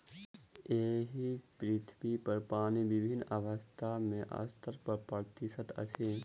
एहि पृथ्वीपर पानि विभिन्न अवस्था मे सत्तर प्रतिशत अछि